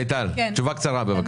החקירה.